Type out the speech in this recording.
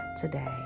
today